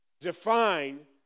define